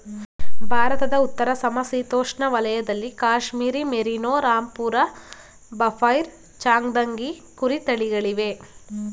ಭಾರತದ ಉತ್ತರ ಸಮಶೀತೋಷ್ಣ ವಲಯದಲ್ಲಿ ಕಾಶ್ಮೀರಿ ಮೇರಿನೋ, ರಾಂಪುರ ಬಫೈರ್, ಚಾಂಗ್ತಂಗಿ ಕುರಿ ತಳಿಗಳಿವೆ